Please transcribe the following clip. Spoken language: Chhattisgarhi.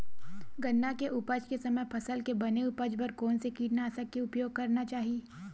गन्ना के उपज के समय फसल के बने उपज बर कोन से कीटनाशक के उपयोग करना चाहि?